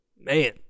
Man